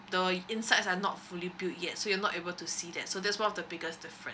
insides are not fully build yet so you're not able to see that so that's one of the biggest difference